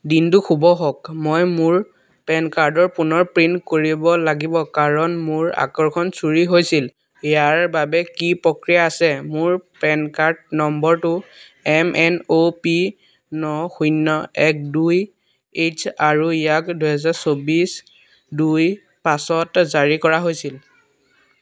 দিনটো শুভ হওক মই মোৰ পেন কাৰ্ডৰ পুনৰ প্ৰিণ্ট কৰিব লাগিব কাৰণ মোৰ আগৰখন চুৰি হৈছিল ইয়াৰ বাবে কি প্ৰক্ৰিয়া আছে মোৰ পেন কাৰ্ড নম্বৰটো M N O P N শূন্য এক দুই এইচ আৰু ইয়াক দুহেজাৰ চৌবিছ দুই পাঁচত জাৰী কৰা হৈছিল